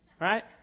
right